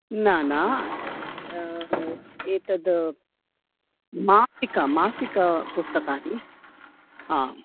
न न एतद् मासिका मासिकपुस्तकानि आम्